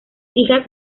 hijas